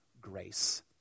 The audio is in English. grace